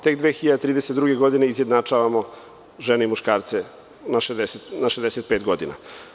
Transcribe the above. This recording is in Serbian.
Tek 2032. godine izjednačavamo žene i muškarce na 65 godina.